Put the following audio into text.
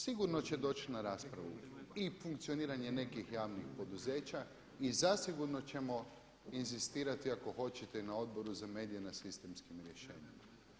Sigurno će doći na raspravu i funkcioniranje nekih javnih poduzeća i zasigurno ćemo inzistirati ako hoćete na Odboru za medije na sistemskim rješenjima.